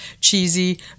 cheesy